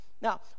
Now